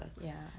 ya